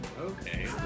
okay